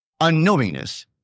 unknowingness